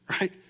Right